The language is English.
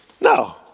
No